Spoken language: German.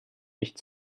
nicht